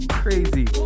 crazy